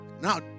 Now